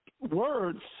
words